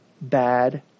bad